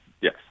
Yes